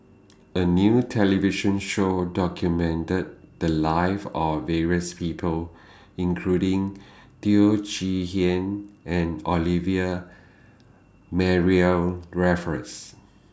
A New television Show documented The Lives of various People including Teo Chee Hean and Olivia Mariamne Raffles